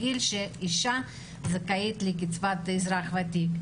גיל שאישה זכאית לקצבת אזרח ותיק.